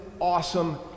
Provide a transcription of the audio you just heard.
awesome